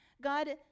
God